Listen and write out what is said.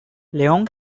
leung